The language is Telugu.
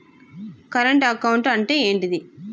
కరెంట్ అకౌంట్ అంటే ఏంటిది?